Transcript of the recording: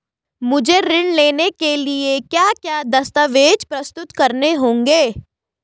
मुझे ऋण लेने के लिए क्या क्या दस्तावेज़ प्रस्तुत करने होंगे?